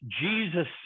Jesus